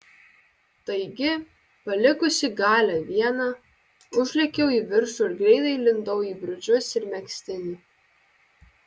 taigi palikusi galią vieną užlėkiau į viršų ir greitai įlindau į bridžus ir megztinį